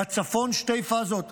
בצפון שתי פאזות: